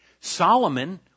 Solomon